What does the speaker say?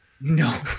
No